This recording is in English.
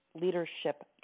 leadership